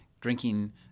drinking